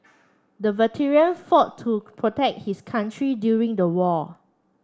the veteran fought to protect his country during the war